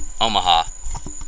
Omaha